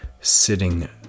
sitting